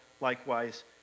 likewise